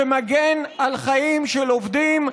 שמגן על חיים של עובדים,